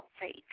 faith